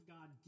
God